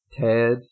Ted